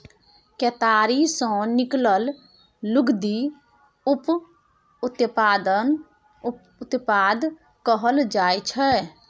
केतारी सँ निकलल लुगदी उप उत्पाद कहल जाइ छै